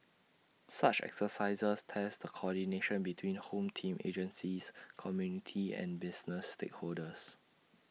such exercises test the coordination between home team agencies community and business stakeholders